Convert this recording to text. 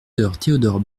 théodore